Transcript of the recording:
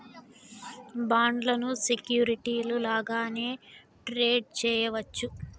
బాండ్లను సెక్యూరిటీలు లాగానే ట్రేడ్ చేయవచ్చు